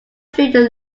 drew